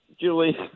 julie